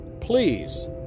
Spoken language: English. please